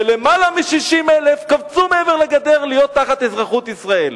ולמעלה מ-60,000 קפצו מעבר לגדר להיות תחת אזרחות ישראל.